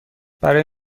برای